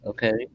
Okay